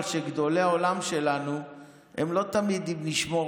אבל שגדולי העולם שלנו הם לא תמיד אם נשמור